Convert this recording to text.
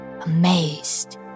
amazed